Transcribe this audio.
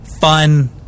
fun